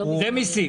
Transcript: זה מיסים.